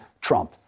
Trump